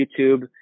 youtube